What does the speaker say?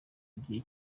igihe